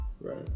right